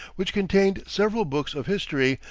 which contained several books of history,